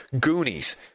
Goonies